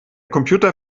computer